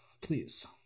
please